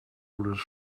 lotus